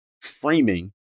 framing